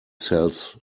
sells